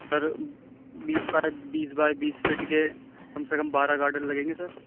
سر بیس بیس بائی بیس فٹ کے کم سے کم بارہ گارڈر لگیں گے سر